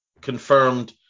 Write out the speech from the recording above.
confirmed